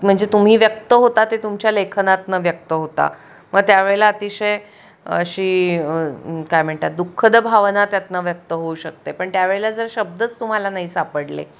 म्हणजे तुम्ही व्यक्त होता ते तुमच्या लेखनातनं व्यक्त होता मग त्या वेळेला अतिशय अशी काय म्हणतात दुःखद भावना त्यातनं व्यक्त होऊ शकते पण त्या वेळेला जर शब्दच तुम्हाला नाही सापडले